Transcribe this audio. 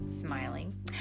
smiling